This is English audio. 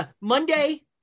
Monday